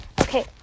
Okay